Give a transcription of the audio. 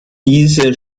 diese